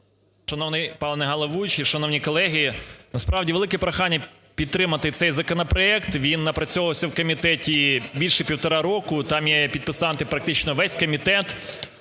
Шановний пане головуючий, шановні колеги! Насправді велике прохання підтримати цей законопроект, він напрацьовувався у комітеті більше півтора року, там є підписантами практично весь комітет.